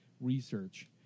research